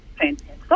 fantastic